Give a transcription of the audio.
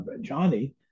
Johnny